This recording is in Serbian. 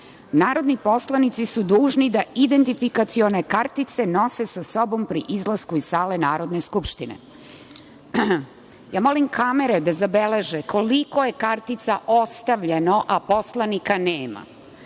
narodni poslanici su dužni da identifikacione kartice nose sa sobom pri izlasku iz sale Narodne skupštine. Molim kamere da zabeleže koliko je kartica ostavljeno, a poslanika nema.